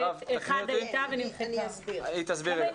אני אסביר.